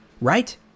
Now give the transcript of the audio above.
right